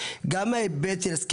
ואני מסכים איתך,